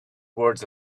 words